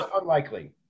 unlikely